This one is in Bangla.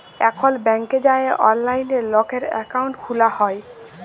এখল ব্যাংকে যাঁয়ে অললাইলে লকের একাউল্ট খ্যুলা যায়